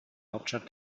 hauptstadt